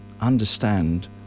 understand